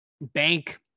bank